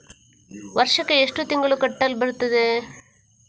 ವರ್ಷಕ್ಕೆ ಎಷ್ಟು ತಿಂಗಳು ಕಟ್ಟಲು ಬರುತ್ತದೆ?